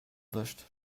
wäscht